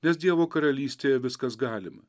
nes dievo karalystėje viskas galima